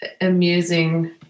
amusing